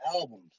albums